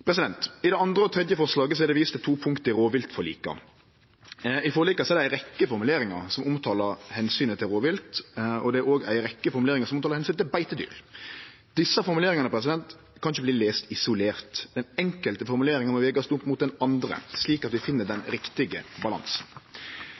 I det andre og tredje forslaget er det vist til to punkt i rovviltforlika. I forlika er det ei rekkje formuleringar som omtalar omsynet til rovvilt. Det er òg ei rekkje formuleringar som omtalar omsynet til beitedyr. Desse formuleringane kan ikkje lesast isolerte. Den enkelte formuleringa må vegast opp mot den andre, slik at vi finn den riktige balansen.